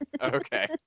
Okay